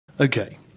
Okay